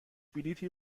بلیطی